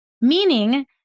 Meaning